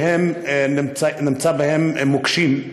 שנמצאים בהם מוקשים,